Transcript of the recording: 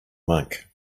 monk